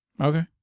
Okay